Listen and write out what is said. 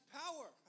power